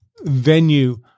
venue